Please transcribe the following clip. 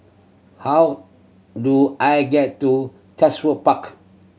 how do I get to Park